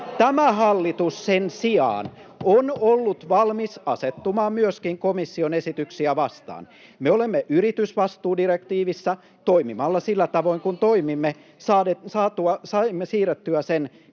Tämä hallitus sen sijaan on ollut valmis asettumaan myöskin komission esityksiä vastaan. [Anne Kalmari: Ainutkertainen!] Me olemme yritysvastuudirektiivissä. Toimimalla sillä tavoin kuin toimimme saimme siirrettyä sen